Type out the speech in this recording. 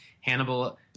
Hannibal